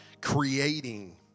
creating